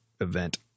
event